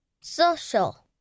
Social